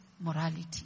morality